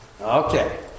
Okay